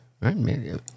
Right